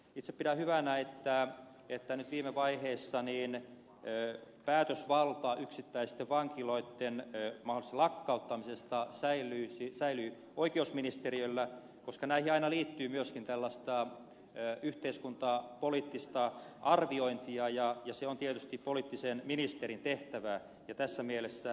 itse pidän hyvänä että nyt viime vaiheessa päätösvalta yksittäisten vankiloitten mahdollisesta lakkauttamisesta säilyy oikeusministeriöllä koska näihin aina liittyy myöskin tällaista yhteiskuntapoliittista arviointia ja se on tietysti poliittisen ministerin tehtävä